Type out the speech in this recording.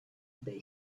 they